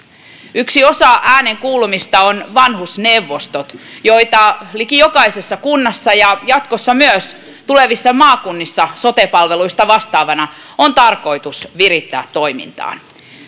yksi osa äänen kuulumista on vanhusneuvostot joita on liki jokaisessa kunnassa ja jotka jatkossa myös tulevissa maakunnissa sote palveluista vastaavina on tarkoitus virittää toimintaan